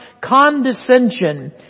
condescension